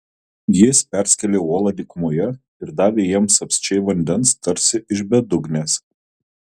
jis perskėlė uolą dykumoje ir davė jiems apsčiai vandens tarsi iš bedugnės